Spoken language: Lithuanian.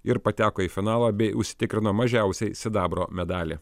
ir pateko į finalą bei užsitikrino mažiausiai sidabro medalį